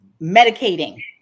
medicating